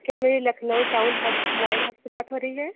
क्या मेरी Lucknow town hub mobile hub से बात हो रही है